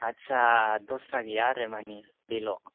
आटसा दस्रा गैया आरो मानि बेल'